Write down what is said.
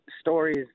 stories